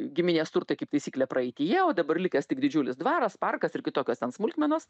giminės turtai kaip taisyklė praeityje o dabar likęs tik didžiulis dvaras parkas ir kitokios ten smulkmenos